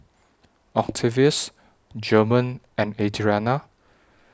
Octavius German and Adrianna